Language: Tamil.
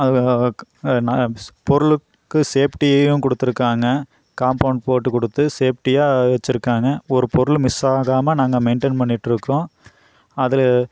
அதில் நான் பொருளுக்கு ஷேஃப்டியயும் கொடுத்துருக்காங்க காம்ப்பௌண்ட் போட்டுக் கொடுத்து ஷேஃப்டியா வச்சுருக்காங்க ஒரு பொருளும் மிஸ் ஆகாமல் நாங்கள் மெயின்டைன் பண்ணிட்டு இருக்கோம் அதில்